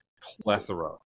plethora